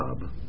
job